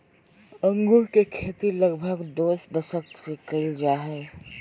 अंगूर के खेती लगभग छो दशक से कइल जा हइ